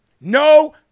No